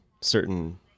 certain